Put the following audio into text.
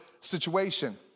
situation